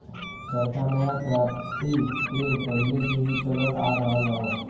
चरखा नया क्रांति के पहिले से ही चलल आ रहल हौ